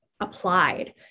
applied